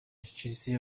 chelsea